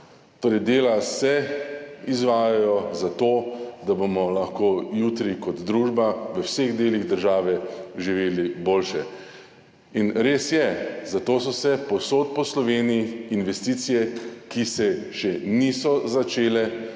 Torej, dela se izvajajo zato, da bomo lahko jutri kot družba v vseh delih države živeli boljše. Res je, zato so se povsod po Sloveniji investicije, ki se še niso začele